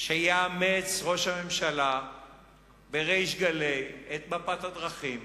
שיאמץ ראש הממשלה בריש גלי את מפת הדרכים